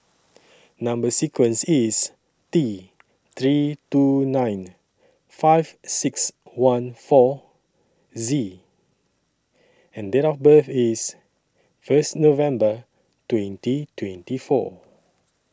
Number sequence IS T three two nine five six one four Z and Date of birth IS First November twenty twenty four